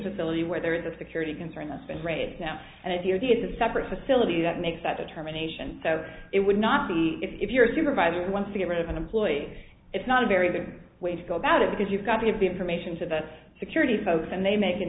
facility where there is a security concern that's been raised now an idea that is a separate facility that makes that determination so it would not be if you're a supervisor who wants to get rid of an employee it's not a very good way to go about it because you've got to give the information to the security folks and they make an